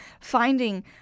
finding